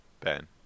Ben